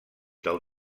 del